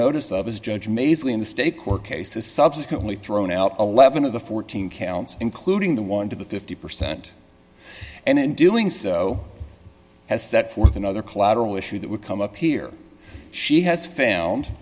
notice of is judge mays lee in the state court cases subsequently thrown out eleven of the fourteen counts including the one to the fifty percent and in doing so has set forth another collateral issue that would come up here she has found